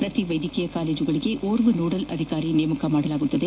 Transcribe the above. ಶ್ರತಿ ವೈದ್ಯಕೀಯ ಕಾಲೇಜುಗಳಿಗೆ ಓರ್ವ ನೋಡೆಲ್ ಅಧಿಕಾರಿ ನೇಮಕ ಮಾಡಲಾಗುವುದು